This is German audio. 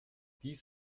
dies